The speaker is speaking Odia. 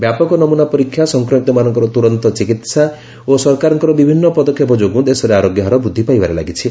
ବ୍ୟାପକ ନମୁନା ପରୀକ୍ଷା ସଂକ୍ରମିତମାନଙ୍କର ତୁରନ୍ତ ଚିକସ୍ଥା ଓ ସରକାରଙ୍କର ବିଭିନ୍ନ ପଦକ୍ଷେପ ଯୋଗୁଁ ଦେଶରେ ଆରୋଗ୍ୟ ହାର ବୃଦ୍ଧି ପାଇବାରେ ଲାଗିଛି